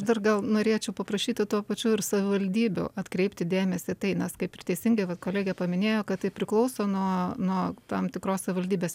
dar gal norėčiau paprašyti tuo pačiu ir savivaldybių atkreipti dėmesį į tai nes kaip ir teisingai vat kolegė paminėjo kad tai priklauso nuo nuo tam tikros savivaldybės